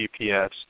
GPS